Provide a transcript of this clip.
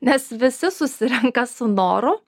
nes visi susirenka su noru